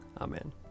Amen